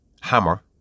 hammer